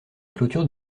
clôture